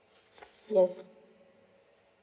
yes